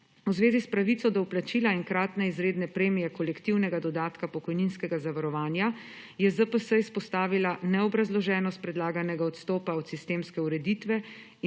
V zvezi s pravico do vplačila enkratne izredne premije kolektivnega dodatka pokojninskega zavarovanja je ZPS izpostavila neobrazloženost predlaganega odstopa od sistemske ureditve